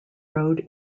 road